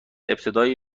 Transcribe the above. ابتدای